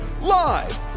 Live